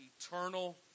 eternal